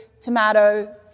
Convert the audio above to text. tomato